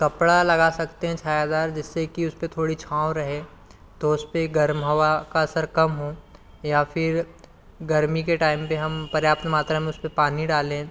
कपड़ा लगा सकते हैं छायादार जिस से कि उस पर थोड़ी छाँव रहे तो उस पर गर्म हवा का असर कम हो या फिर गर्मी के टाइम पर हम पर्याप्त मात्रा में उस पर पानी डालें